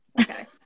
okay